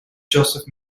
joseph